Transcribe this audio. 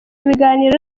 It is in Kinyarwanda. ibiganiro